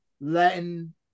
Latin